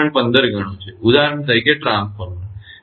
15 ગણુ છે ઉદાહરણ તરીકે ટ્રાન્સફોર્મર